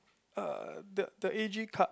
uh the the A_G card